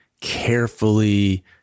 carefully